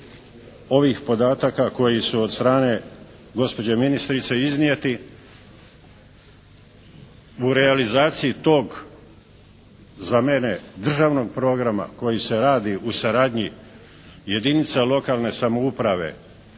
ovih podataka koji su od strane gospođe ministrice iznijeti u realizaciji tog za mene državnog programa koji se radi u saradnji jedinica lokalne samouprave